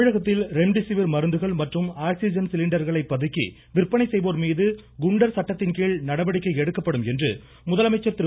தமிழகத்தில் ரெம்டிசிவிர் மருந்துகள் மற்றும் ஆக்சிஜன் சிலிண்டர்களை பதுக்கி விற்பனை செய்வோர் மீது குண்டர் சட்டத்தின் கீழ் நடவடிக்கை எடுக்கப்படும் என்று முதலமைச்சர் திரு